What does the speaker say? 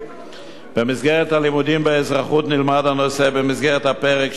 במסגרת הלימודים באזרחות נלמד הנושא במסגרת הפרק "שלטון החוק,